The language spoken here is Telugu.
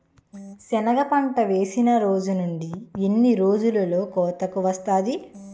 సెనగ పంట వేసిన రోజు నుండి ఎన్ని రోజుల్లో కోతకు వస్తాది?